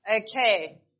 Okay